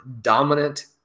dominant